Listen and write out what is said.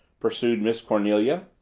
pursued miss cornelia.